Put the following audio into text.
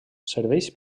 serveix